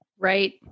Right